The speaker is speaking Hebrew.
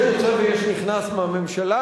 יש יוצא ויש נכנס בממשלה,